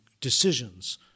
decisions